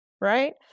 right